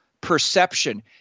perception